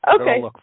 Okay